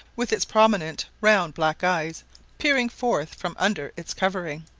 with its prominent round black eyes peering forth from under its covering.